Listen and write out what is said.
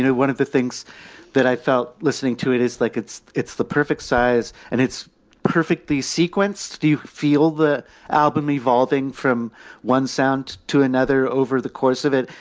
one of the things that i felt listening to it, it's like it's it's the perfect size and it's perfect the sequence. do you feel the album evolving from one sound to another over the course of it?